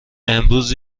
امروز